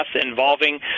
involving